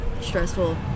stressful